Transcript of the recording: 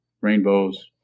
rainbows